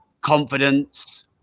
confidence